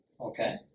okay